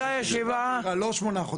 זוכר.